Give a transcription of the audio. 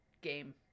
game